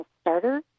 starter